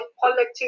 politics